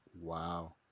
Wow